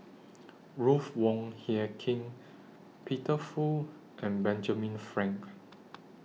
Ruth Wong Hie King Peter Fu and Benjamin Frank